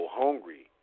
hungry